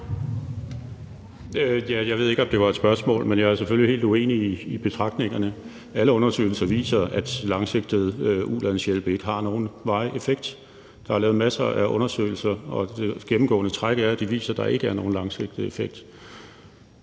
Jeg ved ikke, om det var et spørgsmål, men jeg er selvfølgelig helt uenig i betragtningerne. Alle undersøgelser viser, at langsigtet ulandshjælp ikke har nogen varig effekt. Der er lavet masser af undersøgelser, og et gennemgående træk er, at de viser, at der ikke er nogen langsigtet effekt.